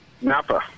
Napa